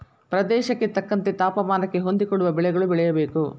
ಪ್ರದೇಶಕ್ಕೆ ತಕ್ಕಂತೆ ತಾಪಮಾನಕ್ಕೆ ಹೊಂದಿಕೊಳ್ಳುವ ಬೆಳೆಗಳು ಬೆಳೆಯಬೇಕು